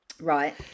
right